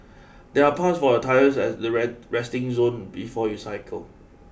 there are pumps for your tyres at the resting zone before you cycle